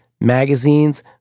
magazines